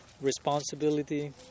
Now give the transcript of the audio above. Responsibility